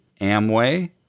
Amway